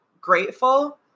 grateful